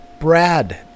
Brad